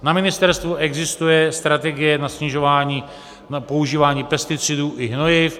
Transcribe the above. Na ministerstvu existuje strategie na snižování používání pesticidů i hnojiv.